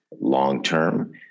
long-term